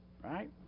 Right